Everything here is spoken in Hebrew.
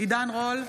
עידן רול,